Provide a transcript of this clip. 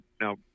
now